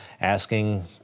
asking